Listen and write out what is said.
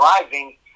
driving